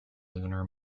lunar